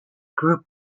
group